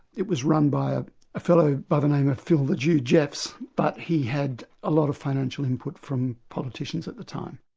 it was run by a fellow by the name of phil the jew jeffs, but he had a lot of financial input from politicians at the time.